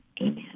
Amen